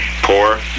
poor